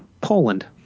Poland